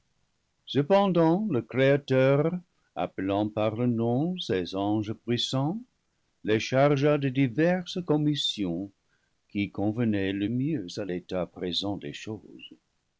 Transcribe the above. cependant le créateur appelant par leurs noms ses anges puissants les chargea de diverses commissions qui convenaient le mieux à l'état présent des choses